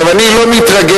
אני לא מתרגש,